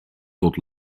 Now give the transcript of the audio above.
tot